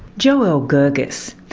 joelle gergis.